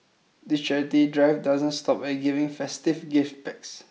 the charity drive doesn't stop at giving festive gift packs